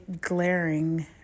glaring